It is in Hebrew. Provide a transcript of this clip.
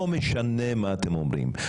לא משנה מה אתם אומרים,